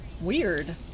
weird